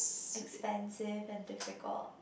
expensive and difficult